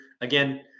Again